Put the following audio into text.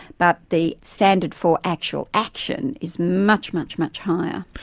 but the standard for actual action is much, much, much higher.